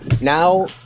Now